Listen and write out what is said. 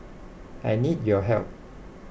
I need your help